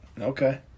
Okay